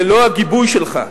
ללא הגיבוי שלך,